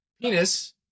Penis